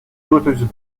lotus